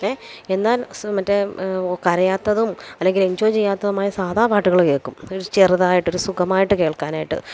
A എന്നാൽ സ് മറ്റേ കരയാത്തതും അല്ലെങ്കിലെഞ്ചോയ് ചെയ്യാത്തതുമായ സാദാ പാട്ടുകൾ കേൾക്കും ഒരു ചെറുതായിട്ടൊരു സുഖമായിട്ട് കേൾക്കാനായിട്ട്